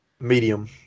Medium